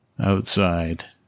outside